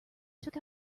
took